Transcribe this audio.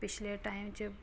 ਪਿਛਲੇ ਟਾਈਮ 'ਚ